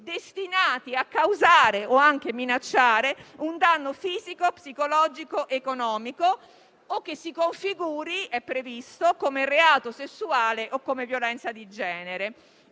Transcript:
destinati a causare o anche minacciare un danno fisico, psicologico ed economico, o che si configuri - è previsto - come reato sessuale o come violenza di genere.